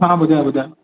हा ॿुधायो ॿुधायो